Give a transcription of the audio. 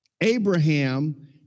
Abraham